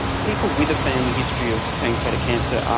people with a family history of pancreatic cancer,